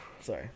Sorry